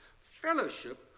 Fellowship